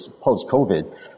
post-COVID